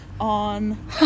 on